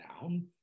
down